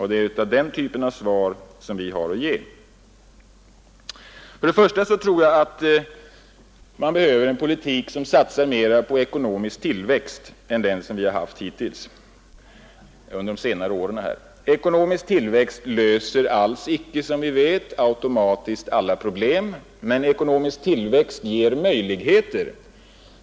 Det är svar av den typen som vi har att ge. Först och främst tror jag att det behövs en politik som satsar mera på ekonomisk tillväxt än den som vi haft under senare år gjort. Ekonomisk tillväxt löser, som vi vet, alls icke automatiskt alla problem. Men ekonomisk tillväxt ger möjligheter.